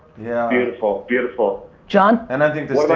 yeah. beautiful, beautiful! john? and i think the